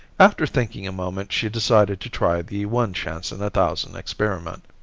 after thinking a moment she decided to try the one chance in a thousand experiment.